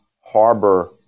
harbor